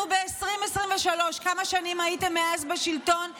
אנחנו ב-2023, כמה שנים הייתם בשלטון מאז?